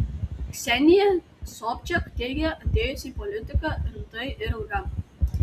ksenija sobčiak teigia atėjusi į politiką rimtai ir ilgam